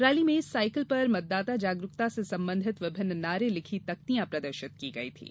rally में cycle पर मतदाता जागरूकता से सम्बन्धित विभिन्न नारे लिखि तख्तियां प्रदर्शित की गईं थीं